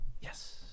yes